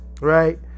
right